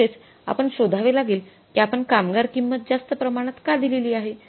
तसेच आपण शोधावे लागेल कि आपण कामगार किंमत जास्त प्रमाणात का दिलेली आहे